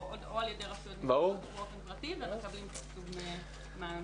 או על ידי רשויות באופן פרטי ומקבלים תקצוב מהממשלה.